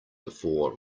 before